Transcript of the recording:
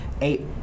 eight